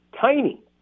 tiny